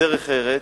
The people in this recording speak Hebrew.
דרך ארץ,